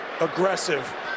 aggressive